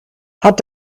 hat